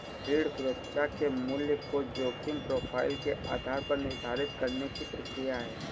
ऋण सुरक्षा के मूल्य को जोखिम प्रोफ़ाइल के आधार पर निर्धारित करने की प्रक्रिया है